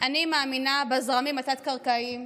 אני מאמינה בזרמים התת-קרקעיים,